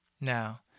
now